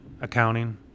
accounting